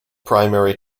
primary